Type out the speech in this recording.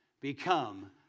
become